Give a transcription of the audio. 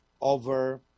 over